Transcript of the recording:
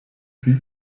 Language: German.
sie